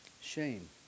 shame